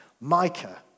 Micah